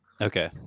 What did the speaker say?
Okay